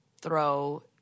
throw